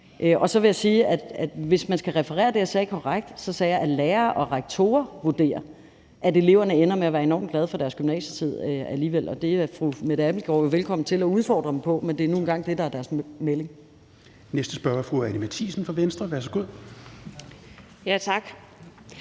Og så vil jeg sige, at hvis man skal referere det, jeg sagde, korrekt, så sagde jeg, at lærere og rektorer vurderer, at eleverne ender med at være enormt glade for deres gymnasietid alligevel. Og det er fru Mette Abildgaard jo velkommen til at udfordre dem på, men det er nu engang det, der er deres melding. Kl. 10:19 Fjerde næstformand (Rasmus